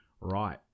right